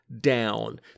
down